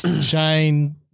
Shane